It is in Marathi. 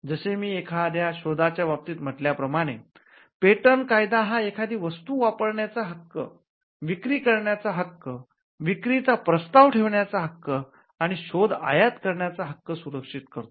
जसे मी एखाद्या शोधा च्या बाबतीत म्हटल्या प्रमाणे पेटंट कायदा हा एखादी वस्तू वापरण्याचा हक्क विक्री करण्याचा हक्कविक्रीचा प्रस्ताव ठेवण्याचा हक्क आणि शोध आयात करण्याचा हक्क सुरक्षित करतो